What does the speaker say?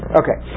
okay